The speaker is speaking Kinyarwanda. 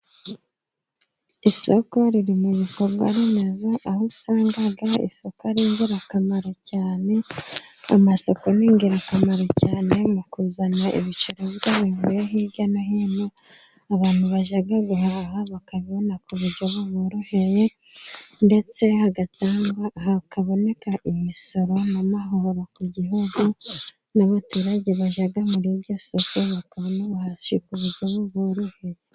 Isoko riri mu bikorwaremezo ,aho usanga isoko ari ingirakamaro cyane. Amasoko ni ingirakamaro cyane mu kuzana ibicuruzwa bivuye hirya no hino, abantu bajya guhaha bakabibona ku buryo buboroheye, ndetse hagatangwa, hakaboneka imisoro n'amahoro ku gihugu, n'abaturage bajya muri iryo soko bakabona ubuhashyi ku buryo buroheye.